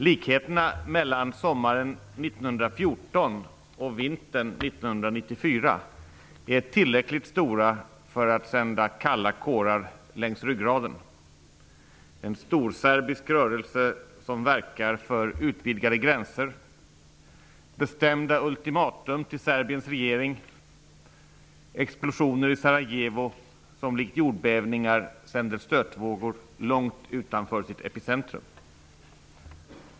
Likheterna mellan sommaren 1914 och vintern 1994 är tillräckligt stora för att sända kalla kårar längs ryggraden -- en storserbisk rörelse som verkar för utvidgade gränser, bestämda ultimatum till Serbiens regering, explosioner i Sarajevo som likt jordbävningar sänder stötvågor långt utanför sitt epicentrum.